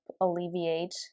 alleviate